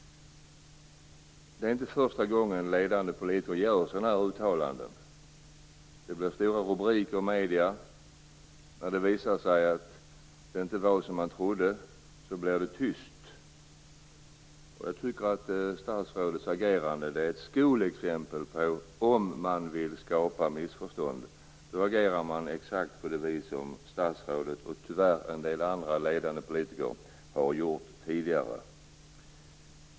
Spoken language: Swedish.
Det är inte första gången som en ledande politiker gör ett sådant uttalande. Det blev stora rubriker i medierna, men när det visade sig att det inte var som man trodde blev det tyst. Jag tycker att statsrådets agerande är ett skolexempel på om man vill skapa missförstånd. Då agerar man på det sätt som statsrådet gör och som tyvärr en del andra ledande politiker har gjort tidigare.